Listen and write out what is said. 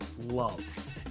love